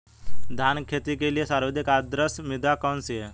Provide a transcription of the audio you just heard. धान की खेती के लिए सर्वाधिक आदर्श मृदा कौन सी है?